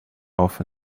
off